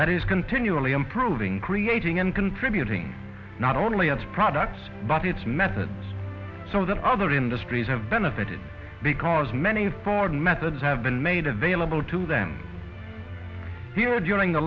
that is continually improving creating and contributing not only its products but its methods so that other industries have benefited because many foreign methods have been made available to them here during the